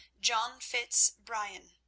john fitz brien.